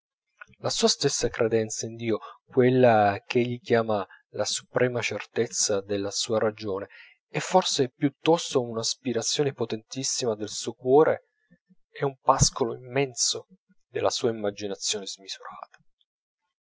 la sua stessa credenza in dio quella ch'egli chiama la suprema certezza della sua ragione è forse piuttosto un'aspirazione potentissima del suo cuore e un pascolo immenso della sua immaginazione smisurata